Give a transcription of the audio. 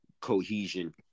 cohesion